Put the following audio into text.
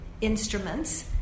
instruments